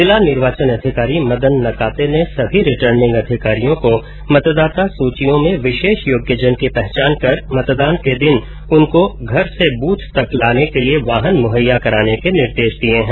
जिला निर्वाचन अधिकारी मदन नकाते ने सभी रिटर्निंग अधिकारियों को मतदाता सूचियों में विशेष योग्यजन की पहचान कर मतदान के दिन उनको घर से बूथ तक लाने के लिये वाहन मुहैया कराने के निर्देश दिये है